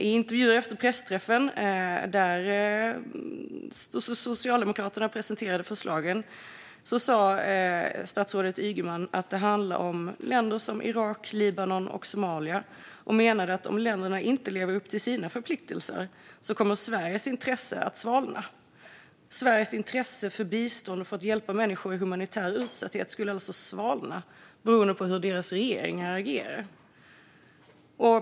I intervjuer efter pressträffen där Socialdemokraterna presenterade förslagen sa statsrådet Ygeman att det handlar om länder som Irak, Libanon och Somalia och menade att om länderna inte lever upp till sina förpliktelser kommer Sveriges intresse att svalna. Sveriges intresse för bistånd och för att hjälpa människor i humanitär utsatthet skulle alltså svalna beroende på hur deras regeringar agerar.